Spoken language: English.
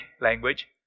language